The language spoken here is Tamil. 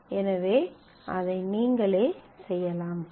எனவே அதை நீங்களே செய்யலாம்